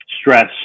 stress